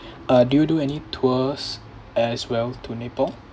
uh do you do any tours as well to nepal